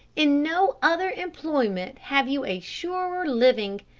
in no other employment have you a surer living.